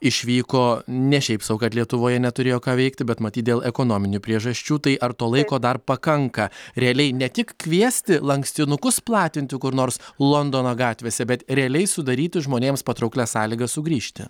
išvyko ne šiaip sau kad lietuvoje neturėjo ką veikti bet matyt dėl ekonominių priežasčių tai ar to laiko dar pakanka realiai ne tik kviesti lankstinukus platinti kur nors londono gatvėse bet realiai sudaryti žmonėms patrauklias sąlygas sugrįžti